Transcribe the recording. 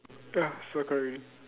ah circle already